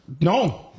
No